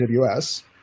AWS